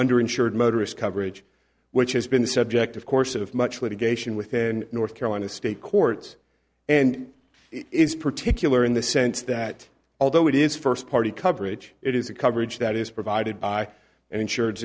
under insured motorists coverage which has been the subject of course of much litigation within north carolina state courts and is particular in the sense that although it is first party coverage it is a coverage that is provided by and insur